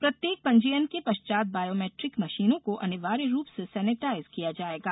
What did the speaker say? प्रत्येक पंजीयन के पश्चात बायोमेट्रिक मशीनों को अनिवार्य रुप से सेनेटाइज किया जायेगा